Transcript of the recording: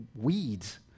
weeds